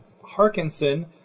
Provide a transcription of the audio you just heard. Harkinson